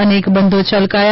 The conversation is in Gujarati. અનેક બંધો છલકાયા